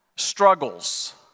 struggles